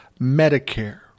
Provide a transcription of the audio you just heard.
Medicare